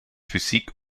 physik